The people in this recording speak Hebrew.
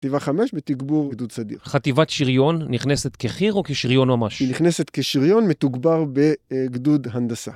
חטיבה חמש בתגבור גדוד סדיר. חטיבת שריון נכנסת כחי״ר או כשריון ממש? היא נכנסת כשריון מתוגבר בגדוד הנדסה